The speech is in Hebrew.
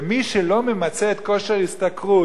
ומי שלא ממצה כושר השתכרות,